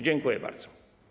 Dziękuję bardzo.